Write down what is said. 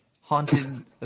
haunted